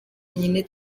yonyine